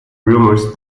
rumours